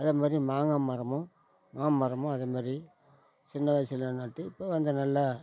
அதேமாதிரி மாங்காய் மரமும் மாமரமும் அதேமாதிரி சின்ன வயசில் நட்டு இப்போ வந்து நல்ல